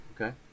Okay